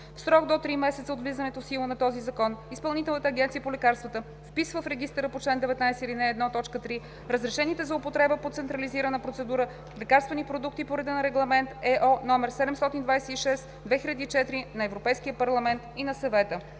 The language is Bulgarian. В срок до три месеца от влизането в сила на този закон Изпълнителната агенция по лекарствата вписва в регистъра по чл. 19, ал. 1, т. 3 разрешените за употреба по централизирана процедура лекарствени продукти по реда на Регламент (ЕО) № 726/2004 на Европейския парламент и на Съвета.“